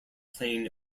plane